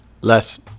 Less